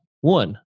One